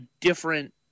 different